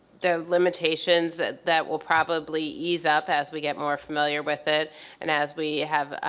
the limitations that that will probably ease up as we get more familiar with it and as we have